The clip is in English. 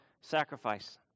sacrifice